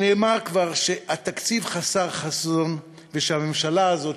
נאמר כבר שהתקציב חסר חזון ושהממשלה הזאת